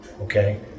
Okay